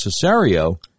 Cesario